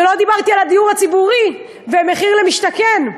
ולא דיברתי על הדיור הציבורי ומחיר למשתכן.